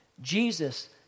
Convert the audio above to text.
Jesus